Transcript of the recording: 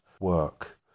work